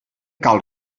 cal